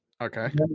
Okay